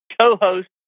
co-host